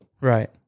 Right